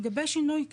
לגבי שינוי,